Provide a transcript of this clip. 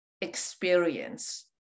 experience